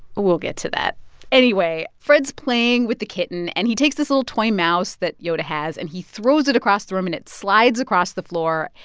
we'll get to that anyway, fred's playing with the kitten. and he takes this little toy mouse that yoda has and he throws it across the room. and it slides across the floor,